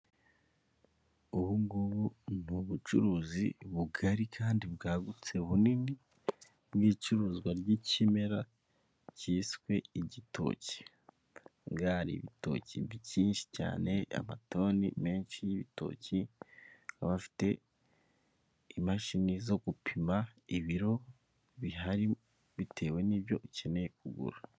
ubu ngubu ni ubucuruzi bugari kandi bwagutse bunini, ni icuruzwa ry'ikimera cyiswe igitoki, hari ibitoki byinshi cyane, amatoni menshi y'ibitoki, baba bafite imashini zo gupima ibiro bihari bitewe n'ibyo ukeneye kugura.